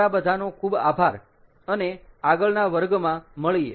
તમારા બધાનો ખૂબ આભાર અને આગળના વર્ગમાં મળીયે